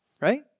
Right